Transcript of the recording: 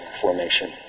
formation